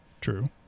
True